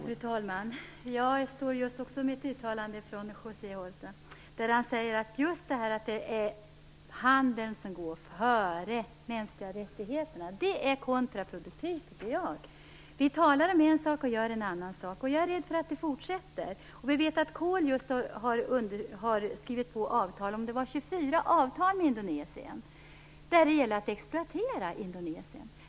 Fru talman! Jag står just också med ett uttalande från José Ramos Horta om att handeln går före de mänskliga rättigheterna. Det tycker jag är kontraproduktivt. Vi talar om en sak och gör en annan sak. Jag är rädd för att det fortsätter. Vi vet att Kohl just har skrivit på 24 avtal med Indonesien, som gäller att exploatera Indonesien.